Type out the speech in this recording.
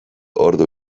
ordu